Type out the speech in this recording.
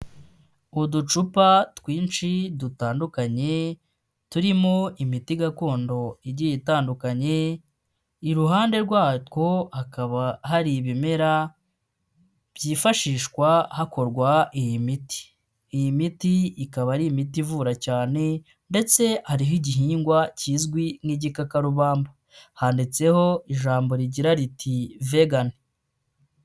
Uducupa twinshi dutandukanye turimo imiti gakondo igiye itandukanye, iruhande rwatwo hakaba hari ibimera byifashishwa hakorwa iyi miti, iyi miti ikaba ari imiti ivura cyane ndetse hariho igihingwa kizwi nk'igikakarubamba handitseho ijambo rigira riti vegan.